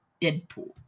Deadpool